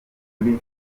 muri